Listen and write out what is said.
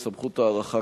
את סמכות ההארכה,